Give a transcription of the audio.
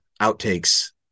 outtakes